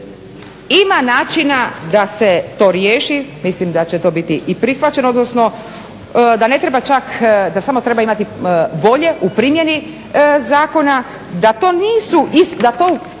Ima načina da se to riješi, mislim da će to biti i prihvaćeno, odnosno da ne treba čak, da samo treba imati volje u primjeni zakona da to u